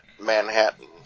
Manhattan